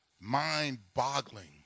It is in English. mind-boggling